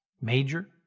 Major